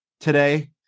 today